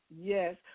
Yes